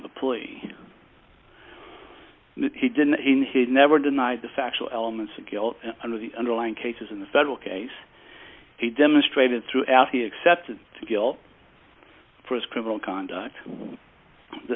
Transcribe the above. that he didn't he never denied the factual elements of guilt of the underlying cases in the federal case he demonstrated throughout he accepted guilt for his criminal conduct the